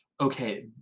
okay